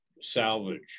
salvage